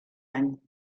any